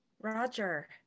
Roger